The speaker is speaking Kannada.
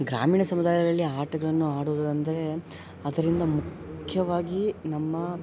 ಗ್ರಾಮೀಣ ಸಮುದಾಯದಲ್ಲಿ ಆಟಗಳನ್ನು ಆಡುವುದು ಅಂದರೆ ಅದರಿಂದ ಮುಖ್ಯವಾಗಿ ನಮ್ಮ